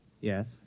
Yes